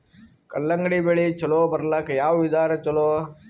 ಕಲ್ಲಂಗಡಿ ಬೆಳಿ ಚಲೋ ಬರಲಾಕ ಯಾವ ವಿಧಾನ ಚಲೋ?